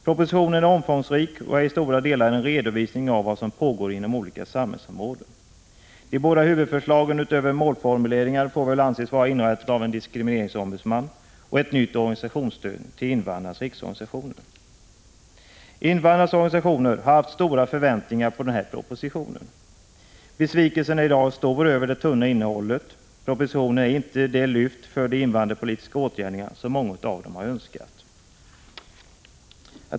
Propositionen är omfångsrik och i stora delar en redovisning av vad som pågår inom olika samhällsområden. De båda huvudförslagen, utöver målformuleringarna, får väl anses vara inrättandet av en diskrimineringsombudsman och ett nytt organisationsstöd till invandrarnas riksorganisationer. Invandrarnas organisationer har haft stora förväntningar på den här propositionen. Besvikelsen är i dag stor över det tunna innehållet. Propositionen innebär inte det lyft för de invandrarpolitiska åtgärderna som många av dem har önskat.